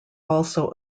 also